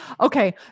Okay